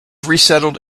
resettled